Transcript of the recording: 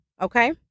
Okay